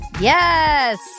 Yes